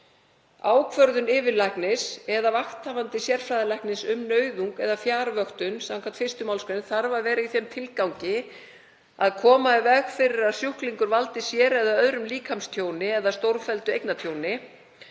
Ákvörðun yfirlæknis eða vakthafandi sérfræðilæknis, um nauðung eða fjarvöktun samkvæmt 1. mgr., þarf að vera í þeim tilgangi að koma í veg fyrir að sjúklingur valdi sér eða öðrum líkamstjóni eða stórfelldu eignatjóni.